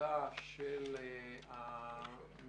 בקשתה של הממשלה